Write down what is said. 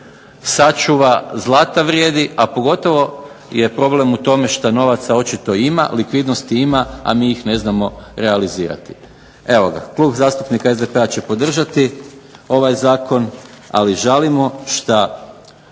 sačuva zlata vrijedi, a pogotovo je problem u tome što novaca očito ima, likvidnosti ima, a mi ih ne znamo realizirati. Evo ga, Klub zastupnika SDP-a će podržati ovaj zakon, ali žalimo što